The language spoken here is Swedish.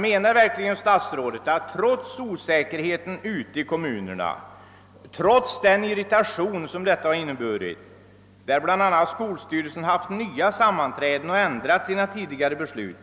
Menar verkligen statsrådet att trots osäkerheten ute i kommunerna, trots den irritation som detta inneburit, där bl.a. skolstyrelsen haft nya sammanträden och ändrat sina tidigare beslut,